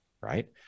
right